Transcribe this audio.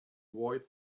avoid